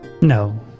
No